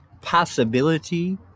Possibility